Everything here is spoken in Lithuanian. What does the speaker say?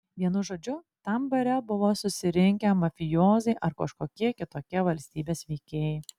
vienu žodžiu tam bare buvo susirinkę mafijoziai ar kažkokie kitokie valstybės veikėjai